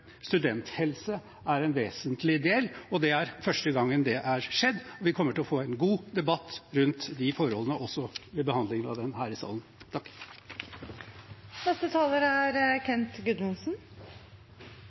studenthelse er en vesentlig del. Det er første gang det har skjedd, og vi kommer til å få en god debatt rundt de forholdene også ved behandlingen av den her i salen. Jeg skjønner at det er